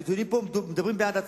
הנתונים פה מדברים בעד עצמם.